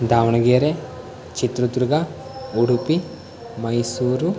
Davanagere Chitradurga Udupi Mysuru